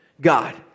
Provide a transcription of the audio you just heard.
God